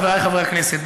חברי חברי הכנסת,